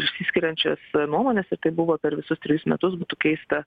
išsiskiriančias nuomones ir taip buvo per visus trejis metus būtų keista